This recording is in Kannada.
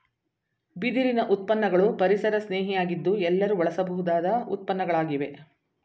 ಬಿದಿರಿನ ಉತ್ಪನ್ನಗಳು ಪರಿಸರಸ್ನೇಹಿ ಯಾಗಿದ್ದು ಎಲ್ಲರೂ ಬಳಸಬಹುದಾದ ಉತ್ಪನ್ನಗಳಾಗಿವೆ